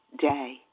day